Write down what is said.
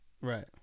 Right